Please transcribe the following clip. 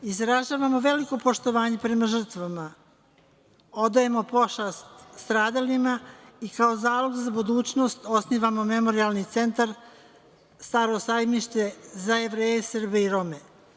Izražavamo veliko poštovanje prema žrtvama, odajemo pošast stradalima i kao zalog za budućnost osnivamo Memorijalni centar „Staro sajmište“ za Jevreje, Srbe i Rome.